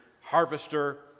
harvester